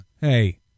Hey